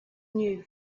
new